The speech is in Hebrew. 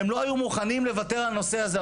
והם לא היו מוכנים לוותר על הנושא הזה.